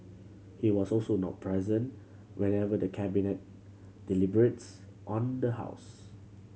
he was also not present whenever the Cabinet deliberates on the house